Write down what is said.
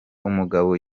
umugabo